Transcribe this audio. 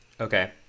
okay